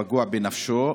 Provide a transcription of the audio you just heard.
הפגוע בנפשו,